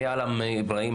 אני עלם איבראהים,